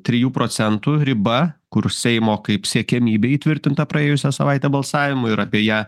trijų procentų riba kur seimo kaip siekiamybė įtvirtinta praėjusią savaitę balsavimo ir apie ją